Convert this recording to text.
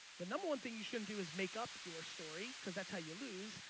the number one thing you shouldn't do is make up your story cause that's how you lose.